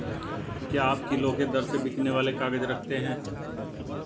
क्या आप किलो के दर से बिकने वाले काग़ज़ रखते हैं?